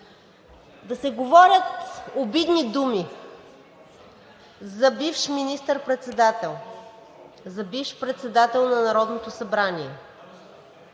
Да се говорят обидни думи за бивш министър-председател, за бивш председател на Народното събрание